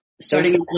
Starting